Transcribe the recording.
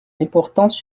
importantes